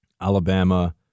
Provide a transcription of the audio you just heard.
alabama